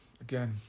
again